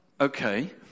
Okay